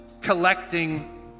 collecting